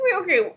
okay